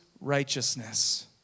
righteousness